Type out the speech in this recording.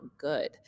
good